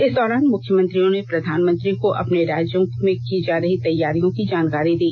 इस दौरान मुख्यमंत्रियों ने प्रधानमंत्री को अपने राज्यों की जा रही तैयारियों की जानकारी दी